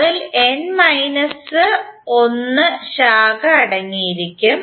അതിൽ n minus ഒരു ശാഖ അടങ്ങിയിരിക്കും